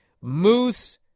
Moose